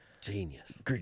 genius